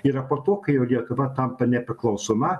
yra po to kai jau lietuva tampa nepriklausoma